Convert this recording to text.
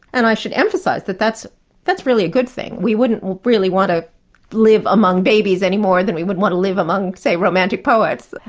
and i should emphasise that that's that's really a good thing. we wouldn't really want to live among babies any more than we would want to live among say, romantic poets.